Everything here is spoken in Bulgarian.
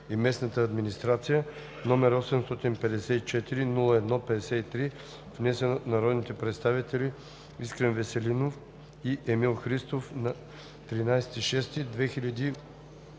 и местната администрация, № 854-01-53, внесен от народните представители Искрен Веселинов и Емил Христов на 13 юни 2018